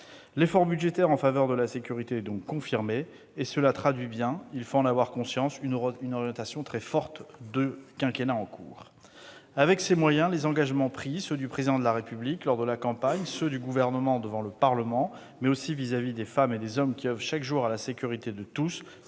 L'effort budgétaire en faveur de la sécurité est donc confirmé, ce qui traduit bien- il faut en avoir conscience -une orientation très forte de ce quinquennat. Avec ces moyens, les engagements pris- ceux du Président de la République, lors de la campagne, ceux du Gouvernement, devant le Parlement, mais aussi vis-à-vis des femmes et des hommes qui oeuvrent chaque jour à la sécurité de tous